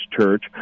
Church